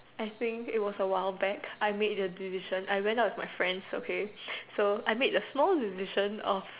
I think it was a while back I made the decision I went out with my friends okay so I made the small decision of